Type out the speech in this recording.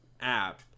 app